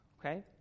Okay